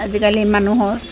আজিকালি মানুহৰ